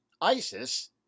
ISIS